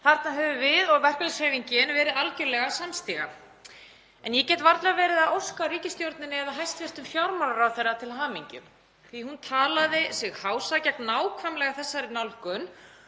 Þarna höfum við og verkalýðshreyfingin verið algjörlega samstiga. En ég get varla verið að óska ríkisstjórninni eða hæstv. fjármálaráðherra til hamingju því að hún talaði sig hása gegn nákvæmlega þessari nálgun